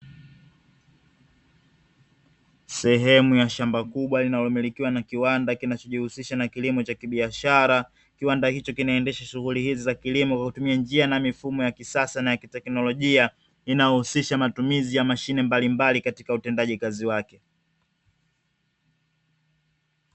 Sehemu ya shamba kubwa inayomilikiwa na kiwanda kinachojihusisha na kilimo cha kibiashara. Kiwanda hicho kinaendesha shughuli hizi za kilimo kwa njia na mifumo ya kisasa na teknolojia, inayohusisha matumizi ya mashine mbalimbali katika utendaji kazi wake.